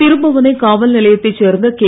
திருபுவனை காவல்நிலையத்தை சேர்ந்த கே